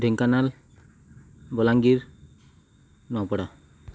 Dhenkanal Balangir Nuapada